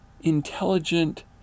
intelligent